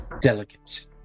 delicate